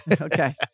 okay